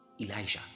Elijah